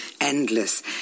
endless